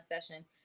session